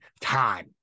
time